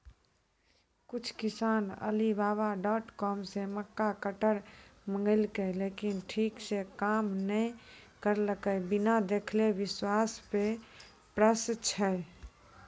कुछ किसान Alibaba dot com से मक्का कटर मंगेलके लेकिन ठीक से काम नेय करलके, बिना देखले विश्वास पे प्रश्न छै?